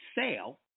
sale